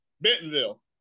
Bentonville